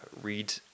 Read